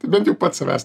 tai bent jau pats savęs